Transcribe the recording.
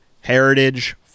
Heritage